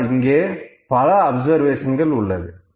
ஆனால் இங்கே பல அப்சர்வேஷன்கள் உள்ளது